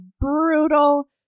brutal